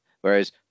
Whereas